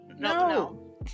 No